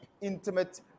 intimate